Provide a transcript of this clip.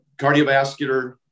cardiovascular